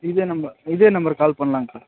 இதே நம்பர் இதே நம்பருக்கு கால் பண்லாங்க சார்